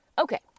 Okay